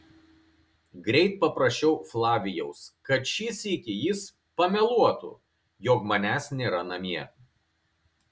greit paprašiau flavijaus kad šį sykį jis pameluotų jog manęs nėra namie